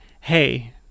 Hey